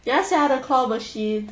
ya sia the claw machine